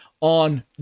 on